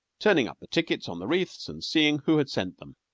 turn-ing up the tickets on the wreaths and seeing who had sent them.